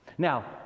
Now